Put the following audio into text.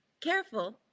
Careful